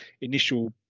initial